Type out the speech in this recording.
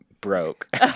broke